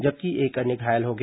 जबकि एक अन्य घायल हो गया